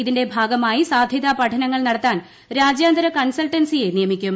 ഇതിന്റെ ഭാഗമായി സാധൃത പഠനങ്ങൾ നടത്താൻ രാജ്യാന്തര കൺസൾട്ടൻസിയെ നിയമിക്കും